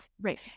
right